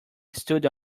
stood